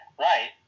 Right